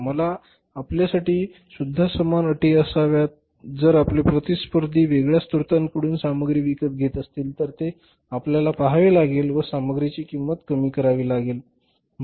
म्हणून आपल्या साठी सुद्धा समान अटी असाव्यात जर आपले प्रतिस्पर्धी वेगळ्या स्त्रोतांकडून सामग्री विकत घेत असतील तर ते आपल्याला पहावे लागेल व सामग्रीची किंमत कमी करावी लागेल